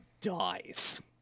dies